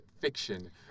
fiction